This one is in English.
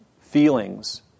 feelings